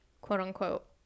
quote-unquote